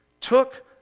took